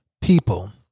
people